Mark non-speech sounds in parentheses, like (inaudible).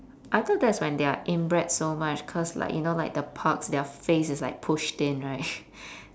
I thought that's when they're inbred so much cause like you know like the pugs their face is like pushed in right (laughs)